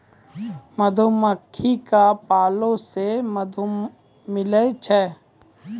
मधुमक्खी क पालै से मधु मिलै छै